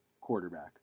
quarterback